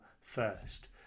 first